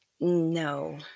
No